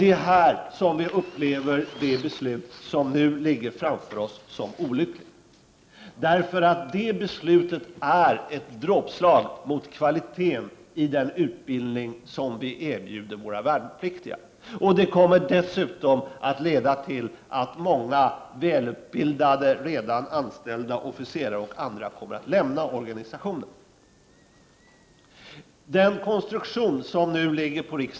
Det är här som vi upplever det beslut som nu ligger framför oss som olyckligt. Det beslutet blir nämligen ett dråpslag mot kvaliteten i den utbildning som våra värnpliktiga erbjuds. Dessutom kommer beslutet att leda till att många välutbildade redan anställda officerare och andra kommer att lämna organisationen.